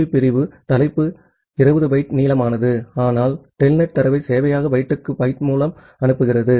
B பிரிவு header 20 byte நீளமானது ஆனால் டெல்நெட் தரவை சேவையக பைட்டுக்கு பைட் மூலம் அனுப்புகிறது